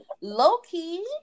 low-key